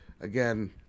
again